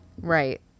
right